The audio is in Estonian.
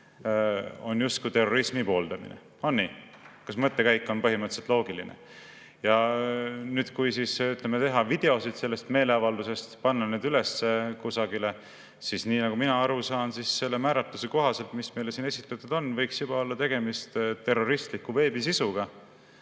on justkui terrorismi pooldamine. On nii? Kas mõttekäik on põhimõtteliselt loogiline? Kui nüüd teha videoid sellest meeleavaldusest ja panna need üles kusagile, siis – nagu mina aru saan, selle määratluse kohaselt, mis meile siin esitatud on – võiks juba olla tegemist terroristliku veebisisuga.